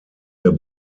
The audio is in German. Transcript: der